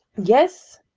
yes,